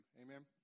Amen